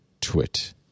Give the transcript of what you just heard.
twit